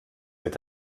mit